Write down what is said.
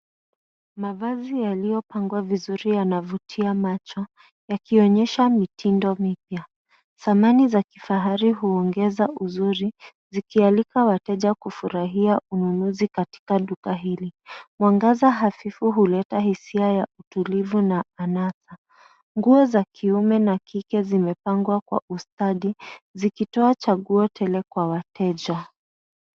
Mavazi yaliyopangwa vizuri yanavutia macho yakionyesha mitindo mipya. Thamani za kifahari huongeza uzuri zikialika wateja kufurahia ununuzi katika duka hili. Mwangaza hafifu huleta hisia ya utulivu na anasa. Nguo za kiume na kike zimepangwa kwa ustadi zikitoa chaguo tele kwa wateja.